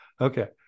okay